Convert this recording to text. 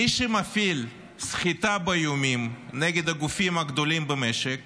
-- מי שמפעיל סחיטה באיומים נגד הגופים הגדולים במשק